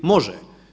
Može.